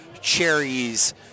cherries